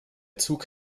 zug